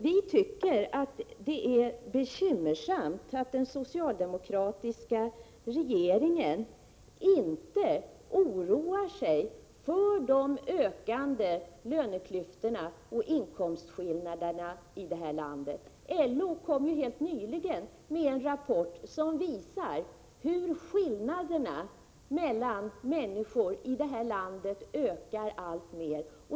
Vi tycker att det är bekymmersamt att den socialdemokratiska regeringen inte oroar sig för de ökade löneklyftorna och inkomstskillnaderna här i landet. LO kom helt nyligen med en rapport som visar hur skillnaderna mellan människor här i landet ökar alltmer.